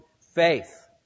faith